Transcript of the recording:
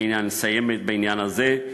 הנה אני מסיים בעניין הזה.